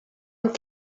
amb